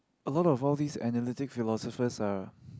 a lot of all these analytic philosophers are